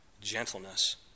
gentleness